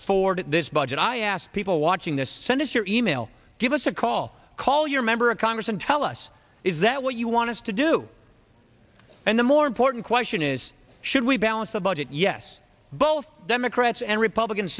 for this budget i ask people watching this send us your e mail give us a call call your member of congress and tell us is that what you want us to do and the more important question is should we balance the budget yes both democrats and republicans